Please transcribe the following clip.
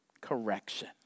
correction